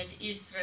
Israel